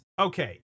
okay